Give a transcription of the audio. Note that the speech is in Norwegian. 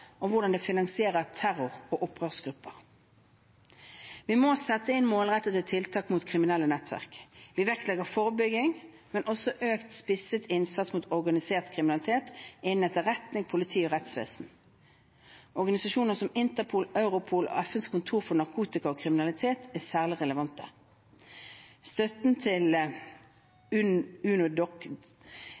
og hvordan det finansierer terror- og opprørsgrupper. Vi må sette inn målrettede tiltak mot kriminelle nettverk. Vi vektlegger forebygging, men også økt og spisset innsats mot organisert kriminalitet innen etterretning, politi og rettsvesen. Organisasjoner som Interpol, Europol og FNs kontor for narkotika og kriminalitet er særlig relevante. Støtten til